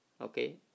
okay